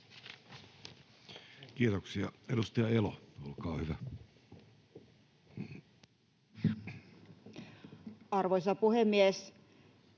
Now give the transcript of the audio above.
Kiitoksia. — Edustaja Elo, olkaa hyvä. Arvoisa puhemies!